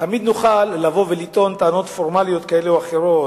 תמיד נוכל לבוא ולטעון טענות פורמליות כאלה ואחרות,